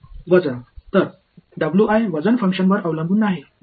वजन तर वजन फंक्शनवर अवलंबून नाही बरोबर